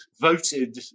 voted